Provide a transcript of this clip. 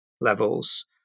levels